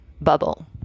bubble